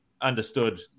understood